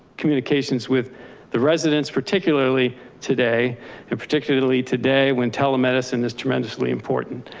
communications with the residents, particularly today and particularly today when telemedicine is tremendously important.